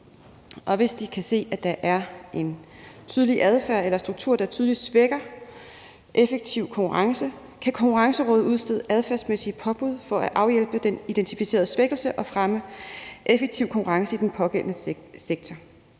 Og hvis de kan se, at der er en tydelig adfærd eller en struktur, der tydeligt svækker effektiv konkurrence, så kan Konkurrencerådet udstede adfærdsmæssige påbud for at afhjælpe den identificerede svækkelse og fremme effektiv konkurrence i den pågældende sektor.